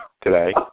today